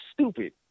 stupid